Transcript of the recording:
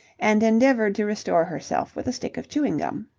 and endeavoured to restore herself with a stick of chewing-gum.